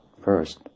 first